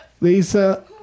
Lisa